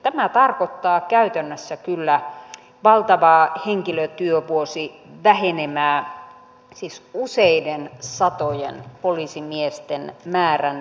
tämä tarkoittaa käytännössä kyllä valtavaa henkilötyövuosivähenemää siis useiden satojen poliisimiesten määrän vähenemää